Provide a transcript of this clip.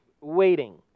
waiting